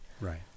Right